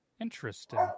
Interesting